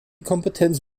kompetenz